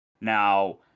Now